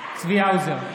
צבי האוזר,